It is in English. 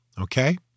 okay